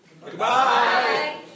Goodbye